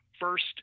first